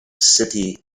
city